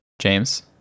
James